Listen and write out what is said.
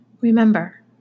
Remember